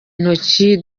intoki